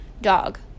Dog